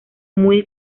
muy